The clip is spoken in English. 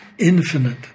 infinite